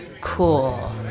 Cool